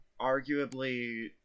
Arguably